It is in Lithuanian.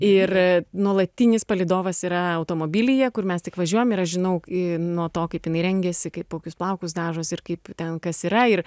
ir nuolatinis palydovas yra automobilyje kur mes tik važiuojam ir aš žinau ir nuo to kaip jinai rengiasi kokius plaukus dažosi ir kaip ten kas yra ir